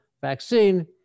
vaccine